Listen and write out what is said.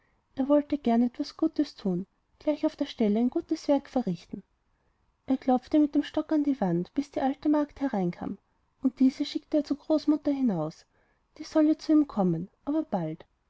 er wollte gern etwas gutes tun gleich auf der stelle ein gutes werk verrichten er klopfte mit dem stock an die wand bis die alte magd hereinkam und diese schickte er zur großmutter hinaus sie solle zu ihm kommen aber bald